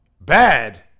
bad